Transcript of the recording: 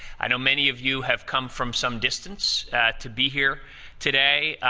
i know many of you have come from some distance to be here today,